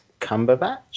Cumberbatch